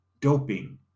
doping